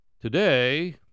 Today